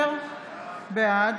בעד